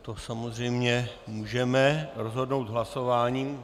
To samozřejmě můžeme rozhodnout hlasováním.